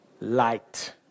light